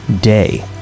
day